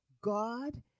God